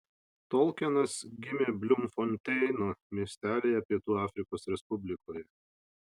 tolkienas gimė blumfonteino miestelyje pietų afrikos respublikoje